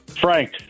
Frank